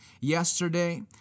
yesterday